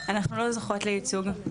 אנחנו לא זוכות לייצוג,